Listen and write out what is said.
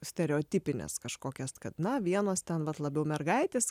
stereotipines kažkokias kad na vienos ten vat labiau mergaitės